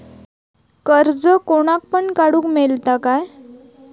कर्ज कोणाक पण काडूक मेलता काय?